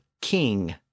king